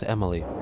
Emily